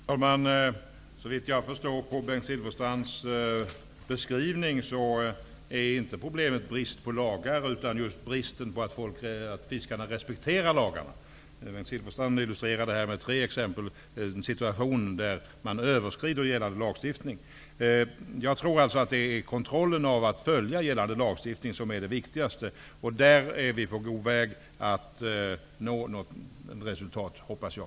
Herr talman! Såvitt jag förstår efter Bengt Silfverstrands beskrivning är problemet inte brist på lagar utan fiskarenas brist på respekt för lagarna. Bengt Silfverstrand illustrerade detta med tre exempel på situationer där man överskrider gällande lagstiftning. Jag tror att det viktigaste är att man kontrollerar att gällande lagstiftning följs. I det fallet är vi på god väg att nå resultat, hoppas jag.